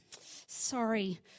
sorry